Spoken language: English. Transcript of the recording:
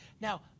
Now